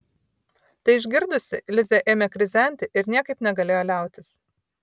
tai išgirdusi lizė ėmė krizenti ir niekaip negalėjo liautis